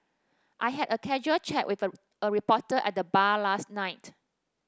I had a casual chat with a a reporter at the bar last night